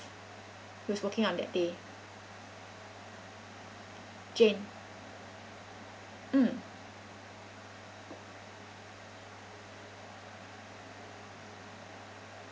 who was working on that day jane mm